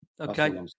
okay